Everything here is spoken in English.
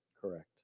correct